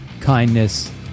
kindness